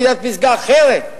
ועידת פסגה אחרת,